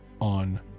on